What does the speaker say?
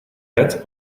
bed